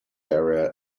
area